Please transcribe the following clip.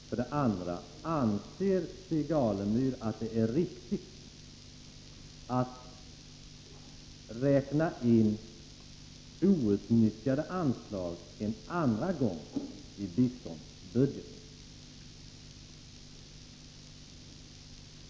För det andra: Anser Stig Alemyr att det är riktigt att en andra gång räkna in outnyttjade anslag i biståndsbudgeten?